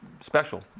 special